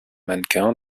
mannequin